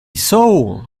soul